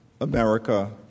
America